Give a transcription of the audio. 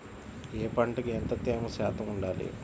ఏ పంటకు ఎంత తేమ శాతం ఉండాలి?